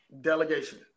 Delegation